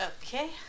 Okay